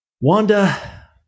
Wanda